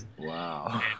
Wow